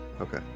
Okay